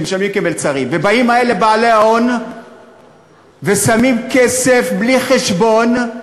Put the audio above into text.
ובאים בעלי ההון ושמים כסף בלי חשבון,